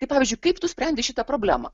kaip pavyzdžiui kaip tu sprendi šitą problemą